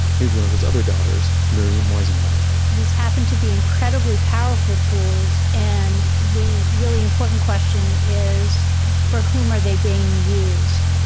here's one of his other daughters, miriam weizenbaum these happen to be incredibly powerful tools, and the really important question is for whom are they being used?